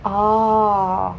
orh